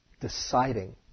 deciding